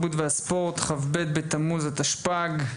והספורט, כ"ב בתמוז, התשפ"ג,